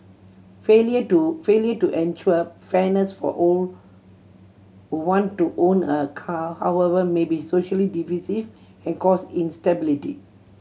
failure to failure to ensure fairness for all want to own a car however may be socially divisive and cause instability